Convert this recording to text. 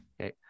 Okay